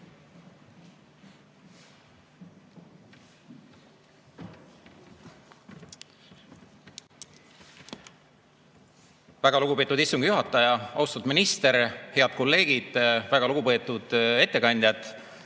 Väga lugupeetud istungi juhataja! Austatud minister! Head kolleegid! Väga lugupeetud ettekandjad!